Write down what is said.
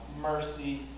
mercy